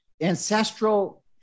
ancestral